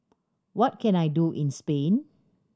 what can I do in Spain